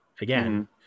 again